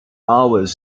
always